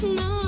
no